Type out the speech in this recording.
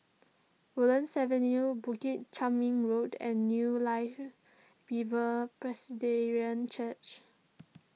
Woodlands Avenue Bukit Chermin Road and New Life Bible Presbyterian Church